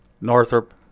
Northrop